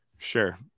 Sure